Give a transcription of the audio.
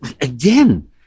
Again